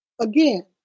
again